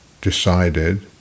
decided